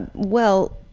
and well,